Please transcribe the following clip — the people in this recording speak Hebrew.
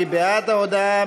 מי בעד ההודעה?